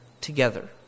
together